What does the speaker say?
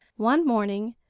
one morning,